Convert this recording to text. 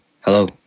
hello